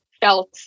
felt